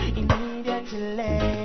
immediately